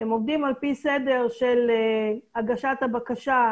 הם עובדים על פי סדר של הגשת הבקשה.